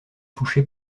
touchés